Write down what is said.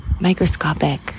microscopic